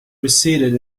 receded